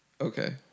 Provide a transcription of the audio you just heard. Okay